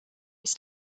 it’s